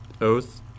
Oath